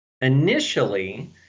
Initially